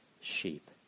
sheep